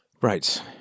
Right